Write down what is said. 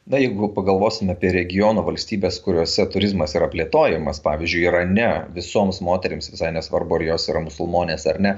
na jeigu pagalvosim apie regiono valstybes kuriose turizmas yra plėtojamas pavyzdžiui irane visoms moterims visai nesvarbu ar jos yra musulmonės ar ne